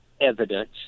evidence